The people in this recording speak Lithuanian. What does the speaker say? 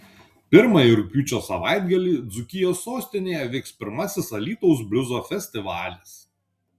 pirmąjį rugpjūčio savaitgalį dzūkijos sostinėje vyks pirmasis alytaus bliuzo festivalis